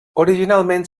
originalment